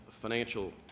financial